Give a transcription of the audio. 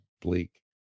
bleak